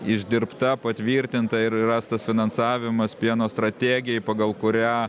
išdirbta patvirtinta ir rastas finansavimas pieno strategijai pagal kurią